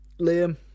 liam